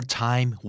time